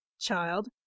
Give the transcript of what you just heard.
Child